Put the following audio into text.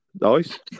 Nice